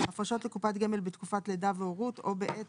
הפרשות לקופת גמל בתקופת לידה והורות או בעת